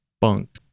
bunk